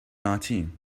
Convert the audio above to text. nineteen